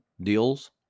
deals